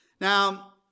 Now